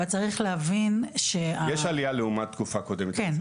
אבל צריך להבין שה- -- יש עלייה לעומת תקופה קודמת.